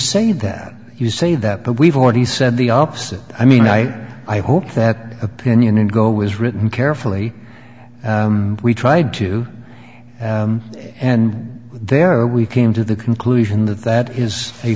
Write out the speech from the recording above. say that you say that but we've already said the opposite i mean i i hope that opinion and go was written carefully we tried to and then we came to the conclusion that that his a